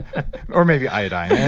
or maybe iodine.